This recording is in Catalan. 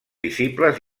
visibles